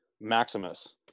Maximus